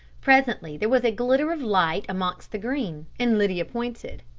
presently there was a glitter of light amongst the green, and lydia pointed.